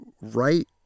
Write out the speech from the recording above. Right